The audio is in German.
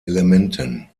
elementen